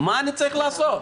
מה אני צריך לעשות?